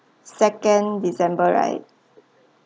second december right